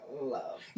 love